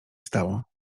stało